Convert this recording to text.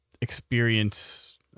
experience